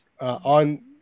on